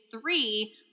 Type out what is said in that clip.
three